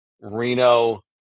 Reno